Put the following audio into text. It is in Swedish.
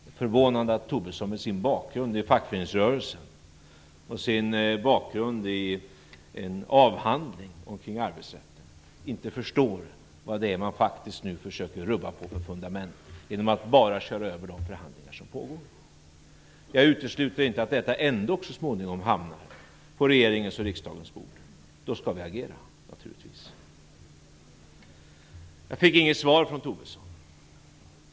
Det är förvånande att Tobisson med sin bakgrund inom fackföreningsrörelsen och med tanke på hans avhandling om arbetsrätten inte förstår vad det är för fundament som man nu faktiskt försöker att rubba på genom att bara köra över de förhandlingar som pågår. Jag utesluter inte att detta ändock så småningom hamnar på regeringens och riksdagens bord, och då skall vi naturligtvis agera. Jag fick inga svar från Tobisson.